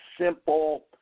simple